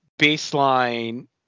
baseline